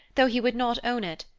though he would not own it,